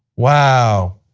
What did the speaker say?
wow,